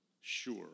sure